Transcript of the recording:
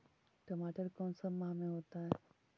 टमाटर कौन सा माह में होता है?